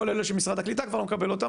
כל אלה שבמשרד הקליטה כבר היה מקבל אותם,